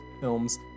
films